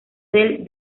del